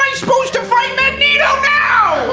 supposed to fight magneto now?